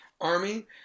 army